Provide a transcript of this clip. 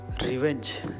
revenge